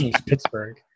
Pittsburgh